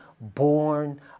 born